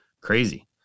Crazy